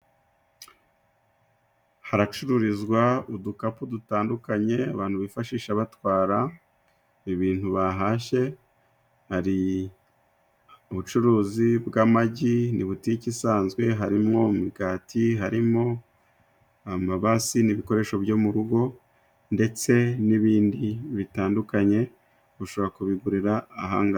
Haracururizwa udukapu dutandukanye abantu bifashisha batwara ibintu bahashye. Hari ubucuruzi bw'amagi. Ni butiki isanzwe harimwo imigati, harimo amabasi n'ibikoresho byo mu rugo, ndetse n'ibindi bitandukanye ushobora kubigurira aha ngaha.